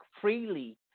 freely